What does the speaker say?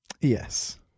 yes